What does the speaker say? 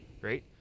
Right